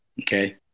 okay